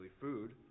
food